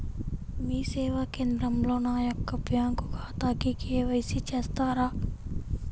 మీ సేవా కేంద్రంలో నా యొక్క బ్యాంకు ఖాతాకి కే.వై.సి చేస్తారా?